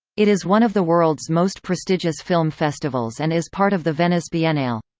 it is one of the world's most prestigious film festivals and is part of the venice biennale.